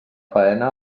faena